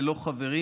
ללא חברים,